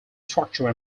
structure